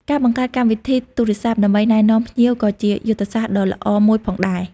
ការបង្កើតកម្មវិធីទូរស័ព្ទដើម្បីណែនាំភ្ញៀវក៏ជាយុទ្ធសាស្ត្រដ៏ល្អមួយផងដែរ។